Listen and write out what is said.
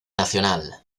nacional